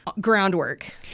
groundwork